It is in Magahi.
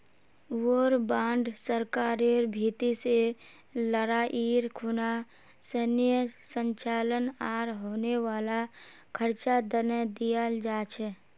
वॉर बांड सरकारेर भीति से लडाईर खुना सैनेय संचालन आर होने वाला खर्चा तने दियाल जा छे